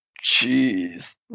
Jeez